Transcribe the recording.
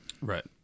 Right